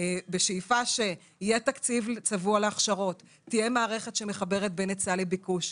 בשאיפה שיהיה תקציב צבוע להכשרות ותהיה מערכת שמחברת בין היצע לביקוש.